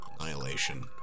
Annihilation